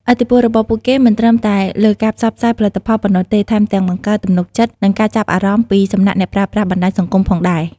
ឥទ្ធិពលរបស់ពួកគេមិនត្រឹមតែលើការផ្សព្វផ្សាយផលិតផលប៉ុណ្ណោះទេ ថែមទាំងបង្កើតទំនុកចិត្ត និងការចាប់អារម្មណ៍ពីសំណាក់អ្នកប្រើប្រាស់បណ្ដាញសង្គមផងដែរ។